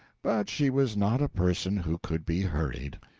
but she was not a person who could be hurried.